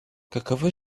каковы